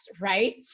right